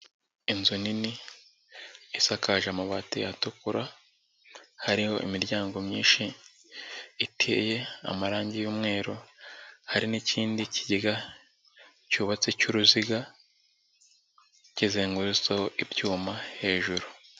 Inzu nini isakaje amabati atukura hariho imiryango myinshi iteye amarangi y'umweru, hari n'ikindi kigega cyubatse cyuruziga kizengururutse ibyuma hejuru.